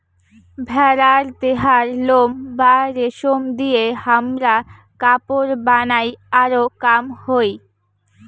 ভেড়ার দেহার লোম বা রেশম দিয়ে হামরা কাপড় বানাই আরো কাম হই